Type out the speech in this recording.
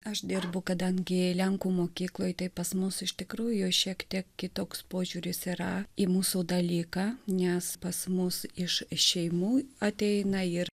aš dirbu kadangi lenkų mokykloje taip pas mus iš tikrųjų šiek tiek kitoks požiūris yra į mūsų dalyką nes pas mus iš šeimų ateina ir